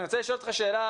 אני רוצה לשאול אותך שאלה.